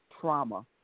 trauma